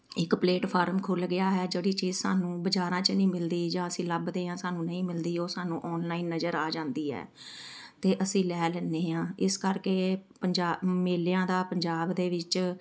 ਇੱਕ ਪਲੇਟਫਾਰਮ ਖੁੱਲ੍ਹ ਗਿਆ ਹੈ ਜਿਹੜੀ ਚੀਜ਼ ਸਾਨੂੰ ਬਾਜ਼ਾਰਾਂ 'ਚ ਨਹੀਂ ਮਿਲਦੀ ਜਾਂ ਅਸੀਂ ਲੱਭਦੇ ਹਾਂ ਸਾਨੂੰ ਨਹੀਂ ਮਿਲਦੀ ਉਹ ਸਾਨੂੰ ਔਨਲਾਈਨ ਨਜ਼ਰ ਆ ਜਾਂਦੀ ਹੈ ਅਤੇ ਅਸੀਂ ਲੈ ਲੈਂਦੇ ਹਾਂ ਇਸ ਕਰਕੇ ਪੰਜਾ ਮੇਲਿਆਂ ਦਾ ਪੰਜਾਬ ਦੇ ਵਿੱਚ